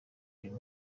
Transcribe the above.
uyu